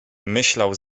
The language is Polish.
myślał